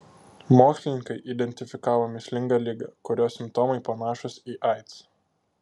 mokslininkai identifikavo mįslingą ligą kurios simptomai panašūs į aids